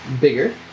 bigger